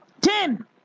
Ten